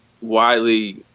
widely